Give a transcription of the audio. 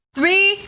Three